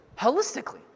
holistically